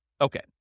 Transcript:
Okay